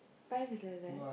life is like that